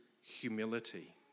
humility